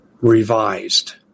Revised